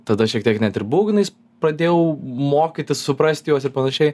tada šiek tiek net ir būgnais pradėjau mokytis suprasti juos ir panašiai